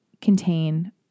contain